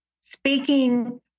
speaking